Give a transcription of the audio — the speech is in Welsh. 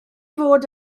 fod